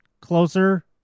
closer